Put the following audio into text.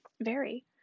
Very